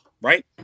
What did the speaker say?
Right